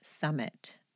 summit